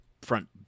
front